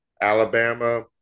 Alabama